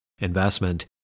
investment